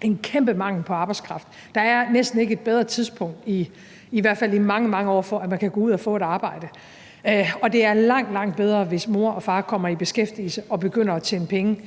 en kæmpe mangel på arbejdskraft, og der er næsten ikke et bedre tidspunkt, i hvert fald i mange, mange år, for, at man kan gå ud og få et arbejde. Og det er langt, langt bedre, hvis mor og far kommer i beskæftigelse og begynder at tjene penge